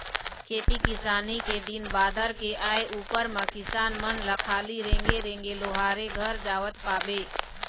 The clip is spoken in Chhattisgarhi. खेती किसानी के दिन बादर के आय उपर म किसान मन ल खाली रेंगे रेंगे लोहारे घर जावत पाबे